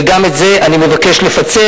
וגם את זה אני מבקש לפצל.